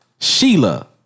Sheila